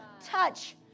touch